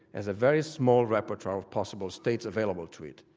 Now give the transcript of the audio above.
has a very small repertoire of possible states available to it.